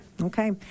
Okay